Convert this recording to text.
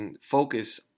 focus